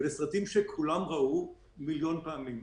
אלה סרטים שכולם ראו מיליון פעמים.